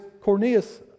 Cornelius